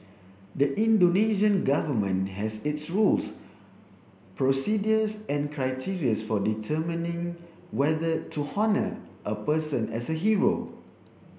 the Indonesian Government has its rules procedures and criterias for determining whether to honour a person as a hero